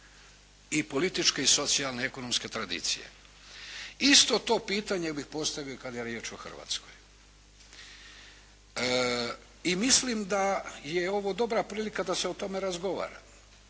i političke i socijalne ekonomske tradicije. Isto to pitanje bih postavio kad je riječ o Hrvatskoj i mislim da je ovo dobra prilika da se o tome razgovara.